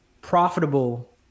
profitable